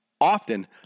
Often